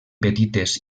petites